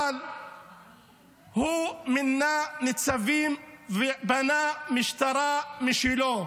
אבל הוא מינה ניצבים ובנה משטרה משלו.